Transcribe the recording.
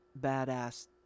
badass